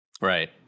right